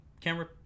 camera